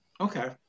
Okay